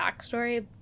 backstory